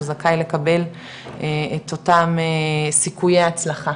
הוא זכאי לקבל את אותם סיכויי הצלחה,